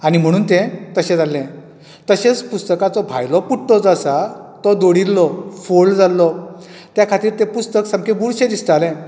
आनी म्हणून तें तशें जाल्ले तशेंच पुस्तकाचो भायलो पुठ्ठो जो आसा तो दोडिल्लो फोल्ड जाल्लो त्या खातीर तें पुस्तक सामके बुरशें दिसतालें